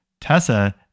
Tessa